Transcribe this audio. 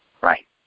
Right